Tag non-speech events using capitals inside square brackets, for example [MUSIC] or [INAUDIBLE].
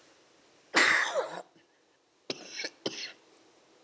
[COUGHS]